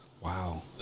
Wow